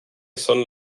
son